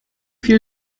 viele